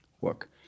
work